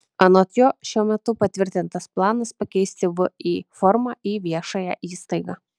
anot jo šiuo metu patvirtintas planas pakeisti vį formą į viešąją įstaigą